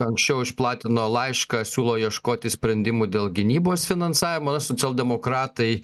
anksčiau išplatino laišką siūlo ieškoti sprendimų dėl gynybos finansavimo nu socialdemokratai